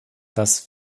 das